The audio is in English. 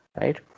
right